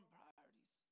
priorities